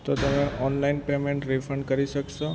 તો તમે online payment refund કરી શકશો